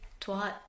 twat